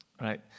Right